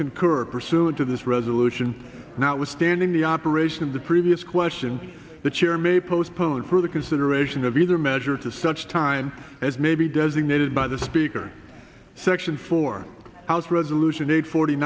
concur pursuant to this resolution not withstanding the operation of the previous question the chair may postpone further consideration of either measure to such time as may be designated by the speaker section for house resolution